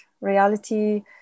reality